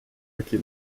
ricky